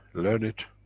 learn it